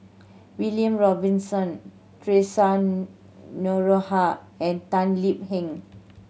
William Robinson Theresa Noronha and Tan Lip Heng